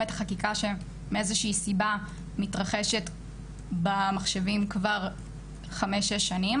את החקיקה שהם מאיזושהי סיבה מתרחשת במחשבים כבר חמש שש שנים,